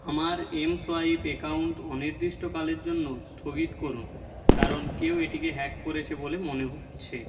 আমার mSwipe account অনির্দিষ্টকালের জন্য স্থগিত করুন কারণ কেউ এটিকে হ্যাক করেছে বলে মনে হচ্ছে